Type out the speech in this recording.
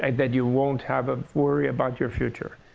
and that you won't have a worry about your future.